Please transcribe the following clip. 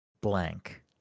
Blank